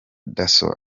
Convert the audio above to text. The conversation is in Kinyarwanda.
dasso